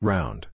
Round